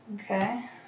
Okay